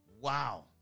wow